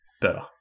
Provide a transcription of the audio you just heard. Better